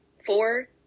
four